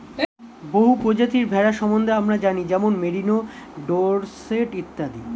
বহু প্রজাতির ভেড়া সম্বন্ধে আমরা জানি যেমন মেরিনো, ডোরসেট ইত্যাদি